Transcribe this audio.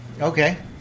Okay